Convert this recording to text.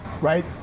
right